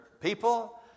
people